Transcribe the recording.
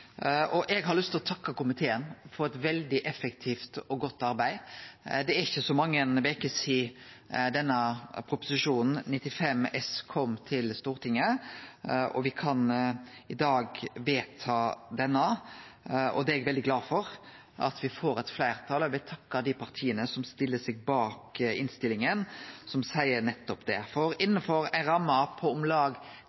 og eg har lyst til å takke komiteen for eit veldig effektivt og godt arbeid. Det er ikkje så mange veker sidan Prop. 95 S kom til Stortinget, og me kan i dag vedta denne proposisjonen. Eg er veldig glad for at vi får eit fleirtal, og eg vil takke dei partia som stiller seg bak innstillinga, som seier nettopp det.